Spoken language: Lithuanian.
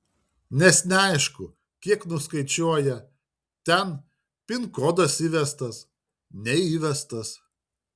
nes neaišku kiek nuskaičiuoja ten pin kodas įvestas neįvestas